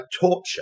torture